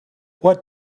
what